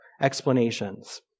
explanations